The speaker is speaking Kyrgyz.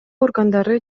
органдары